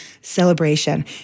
Celebration